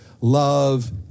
love